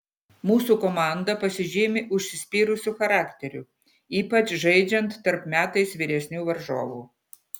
mūsų komanda pasižymi užsispyrusiu charakteriu ypač žaidžiant tarp metais vyresnių varžovų